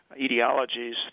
etiologies